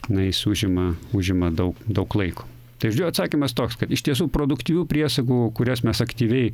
na jis užima užima daug daug laiko tai žodžiu atsakymas toks kad iš tiesų produktyvių priesagų kurias mes aktyviai